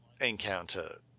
encounter